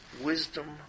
Wisdom